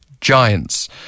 giants